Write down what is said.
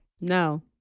No